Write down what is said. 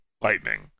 lightning